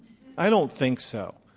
i don't think so.